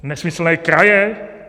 Nesmyslné kraje?